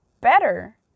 better